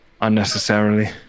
unnecessarily